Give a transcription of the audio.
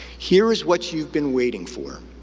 here is what you've been waiting for,